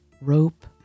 rope